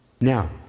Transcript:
Now